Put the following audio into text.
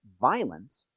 violence